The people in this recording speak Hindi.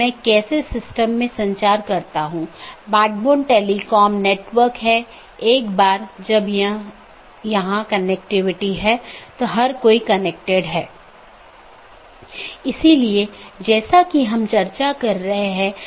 अब मैं कैसे एक मार्ग को परिभाषित करता हूं यह AS के एक सेट द्वारा परिभाषित किया गया है और AS को मार्ग मापदंडों के एक सेट द्वारा तथा गंतव्य जहां यह जाएगा द्वारा परिभाषित किया जाता है